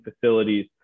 facilities